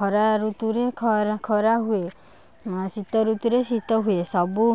ଖରା ଋତୁରେ ଖରା ଖରା ହୁଏ ଶୀତ ଋତୁରେ ଶୀତ ହୁଏ ସବୁ